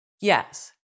Yes